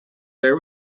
there